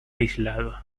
aislado